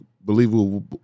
believable